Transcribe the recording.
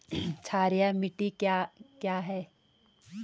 क्षारीय मिट्टी क्या है?